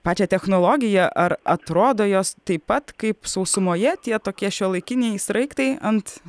pačią technologiją ar atrodo jos taip pat kaip sausumoje tie tokie šiuolaikiniai sraigtai ant